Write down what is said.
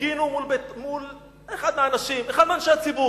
הפגינו מול ביתו של אחד מאנשי הציבור.